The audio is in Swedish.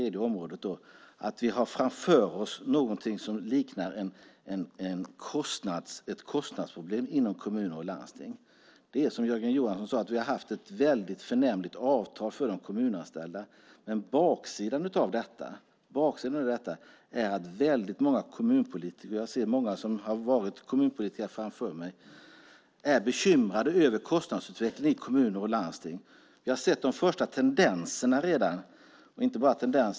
Vi har framför oss något som liknar ett kostnadsproblem för kommuner och landsting. Som Jörgen Johansson sade har vi haft ett förnämligt avtal för de kommunanställda, men baksidan av detta är att väldigt många kommunpolitiker - jag ser många som har varit kommunpolitiker här framför mig - är bekymrade över kostnadsutvecklingen i kommuner och landsting. Vi har redan sett de första tendenserna till detta, och inte bara det.